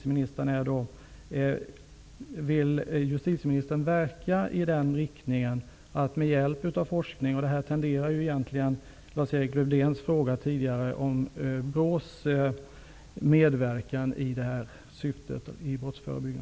Vill justitieministern verka i brottsförebyggande syfte med hjälp av forskning? Det här tangerar Lars-Erik Lövdéns tidigare fråga om BRÅ:s medverkan.